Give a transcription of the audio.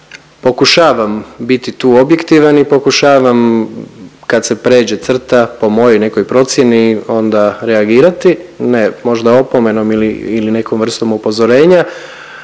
Pokušavam biti tu objektivan i pokušavam kad se pređe crta po mojoj nekoj procjeni onda reagirati ne možda opomenom ili nekom vrstom upozorenja,